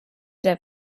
der